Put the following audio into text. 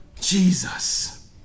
Jesus